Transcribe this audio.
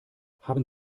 haben